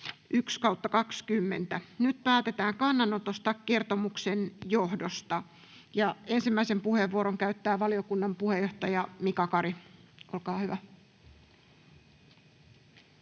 vp. Nyt päätetään kannanotosta kertomuksen johdosta. Ensimmäisen puheenvuoron käyttää valiokunnan puheenjohtaja Mika Kari. — Olkaa hyvä.